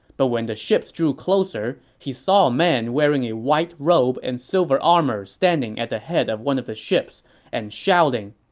but when the ships drew closer, he saw a man wearing a white robe and silver armor standing at the head of one of the ships and shouting,